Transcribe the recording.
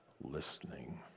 listening